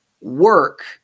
work